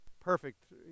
perfect